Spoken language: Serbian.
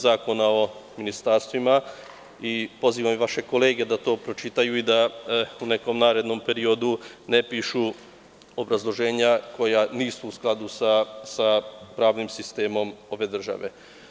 Zakona o ministarstvima i pozivam i vaše kolege da to pročitaju i u nekom narednom periodu ne pišu obrazloženja koja nisu u skladu sa pravnim sistemom ove države.